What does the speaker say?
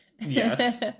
Yes